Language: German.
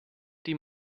die